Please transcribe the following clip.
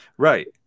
Right